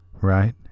Right